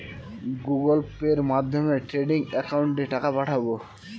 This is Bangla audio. গুগোল পের মাধ্যমে ট্রেডিং একাউন্টে টাকা পাঠাবো?